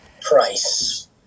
price